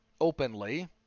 openly